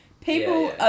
people